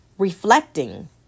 Reflecting